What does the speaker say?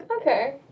Okay